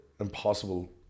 impossible